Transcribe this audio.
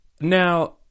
Now